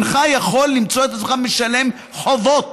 אינך יכול למצוא את עצמך משלם חובות.